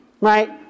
Right